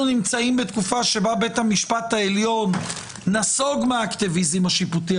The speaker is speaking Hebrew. אנחנו נמצאים בתקופה שבה בית המשפט העליון נסוג מהאקטיביזם השיפוטי,